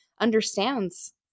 understands